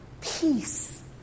peace